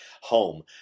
home